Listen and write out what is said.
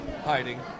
Hiding